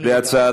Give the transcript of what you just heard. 23 בעד,